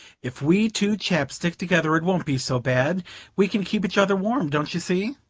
if we two chaps stick together it won't be so bad we can keep each other warm, don't you see?